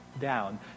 down